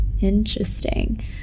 Interesting